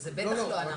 זה בטח לא אנחנו.